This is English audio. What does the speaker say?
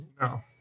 No